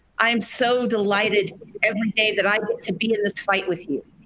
i am so delighted every day that i get to be in this fight with you.